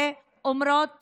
ואומרות